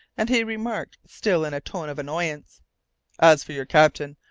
and he remarked, still in a tone of annoyance as for your captain,